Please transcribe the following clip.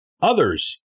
others